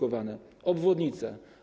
Obwodnice.